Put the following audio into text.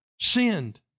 sinned